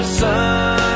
sun